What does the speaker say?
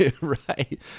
Right